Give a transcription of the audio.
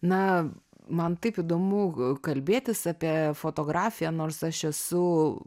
na man taip įdomu kalbėtis apie fotografiją nors aš esu